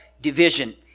division